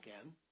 again